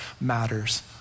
matters